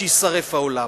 שיישרף העולם.